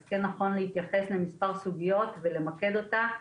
אז כן נכון להתייחס לכמה סוגיות ולמקד אותה.